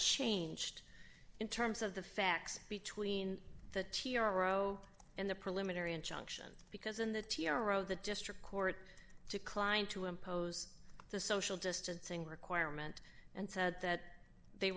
changed in terms of the facts between the t r o and the preliminary injunction because in the t r o the district court to kline to impose the social distancing requirement and said that they